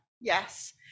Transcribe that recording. yes